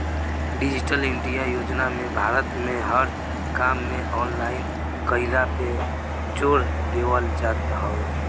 digital India योजना में भारत में हर काम के ऑनलाइन कईला पे जोर देवल जात हवे